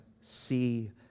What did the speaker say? see